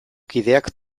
kideak